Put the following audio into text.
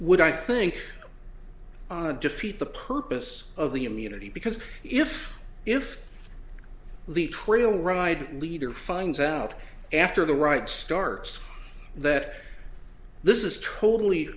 would i think defeat the purpose of the immunity because if if the trail ride leader finds out after the ride starts that this is totally